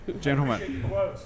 Gentlemen